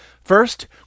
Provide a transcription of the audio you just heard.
first